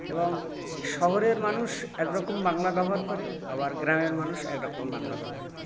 এবং শহরের মানুষ এক রকম বাংলা ব্যবহার করে আবার গ্রামের মানুষ এক রকম বাংলা ব্যবহার করে